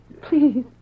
Please